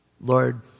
Lord